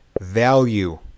value